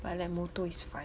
but like motor is fun